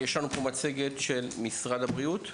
יש לנו פה מצגת של משרד הבריאות.